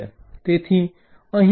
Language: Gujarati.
તેથી અહીં ગ્રીડ લાઇનમાં બ્રેક પડશે